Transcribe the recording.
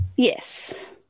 Yes